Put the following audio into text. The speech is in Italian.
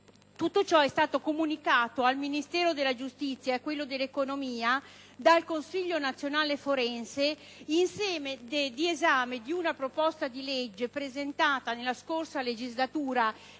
Tutto ciò è stato comunicato al Ministero della giustizia e a quello dell'economia e delle finanze dal Consiglio nazionale forense in sede di esame di una proposta di legge presentata nella scorsa legislatura,